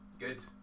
good